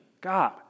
God